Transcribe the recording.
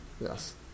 Yes